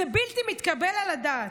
היא בלתי מתקבלת על הדעת.